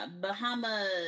Bahamas